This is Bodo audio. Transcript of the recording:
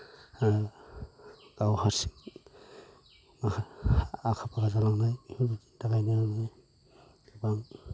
ओह गाव हारसिं मा हा आखा फाखा जालांनाय बेफोरनि थाखायनो आङो